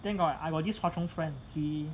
then got I got this hwa chong friend he